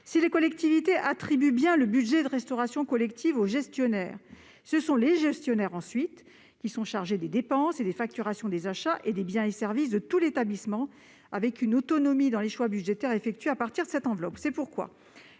si les collectivités attribuent bien le budget de restauration collective aux gestionnaires, ce sont ces derniers qui sont ensuite chargés des dépenses et de la facturation des achats de biens et de services de tout l'établissement, avec une autonomie dans les choix budgétaires, dans le cadre de cette enveloppe. C'est pourquoi